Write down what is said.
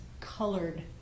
colored